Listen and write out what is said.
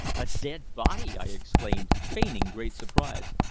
a dead body! i exclaimed, feigning great surprise.